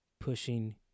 pushing